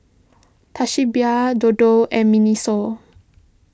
Toshiba Dodo and Miniso